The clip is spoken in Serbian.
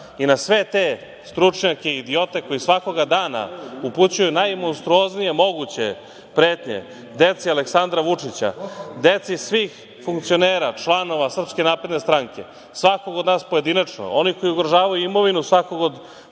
i na sve te stručnjake i idiote koji svakoga dana upućuju najmonstruoznije moguće pretnje deci Aleksandra Vučića, deci svih funkcionera, članova SNS, svakog od nas pojedinačno, onih koji ugrožavaju imovinu svakog